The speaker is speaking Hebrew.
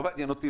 לא מעניין אותי,